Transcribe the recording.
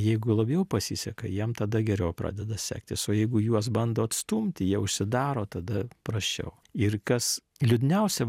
jeigu labiau pasiseka jiem tada geriau pradeda sektis o jeigu juos bando atstumti jie užsidaro tada prasčiau ir kas liūdniausia